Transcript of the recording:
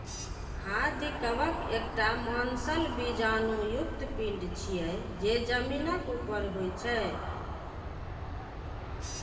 खाद्य कवक एकटा मांसल बीजाणु युक्त पिंड छियै, जे जमीनक ऊपर होइ छै